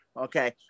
okay